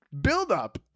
buildup